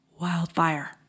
wildfire